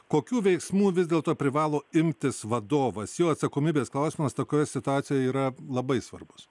kokių veiksmų vis dėlto privalo imtis vadovas jo atsakomybės klausimas tokioje situacijoje yra labai svarbus